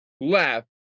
left